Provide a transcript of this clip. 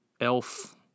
Elf